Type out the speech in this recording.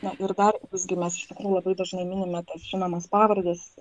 na ir dar visgi mes iš tikrųjų labai dažnai minime tas žinomas pavardes